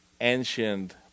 ancient